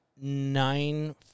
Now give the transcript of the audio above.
nine